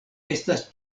estas